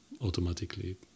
automatically